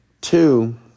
Two